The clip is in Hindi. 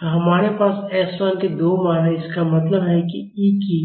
तो हमारे पास s 1 के दो मान हैं इसका मतलब है e की